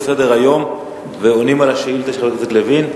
אנחנו חוזרים לסדר-היום ועונים על השאילתא של חבר הכנסת לוין.